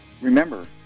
Remember